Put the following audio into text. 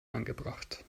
angebracht